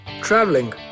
traveling